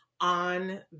on